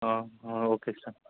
okay sir